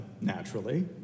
naturally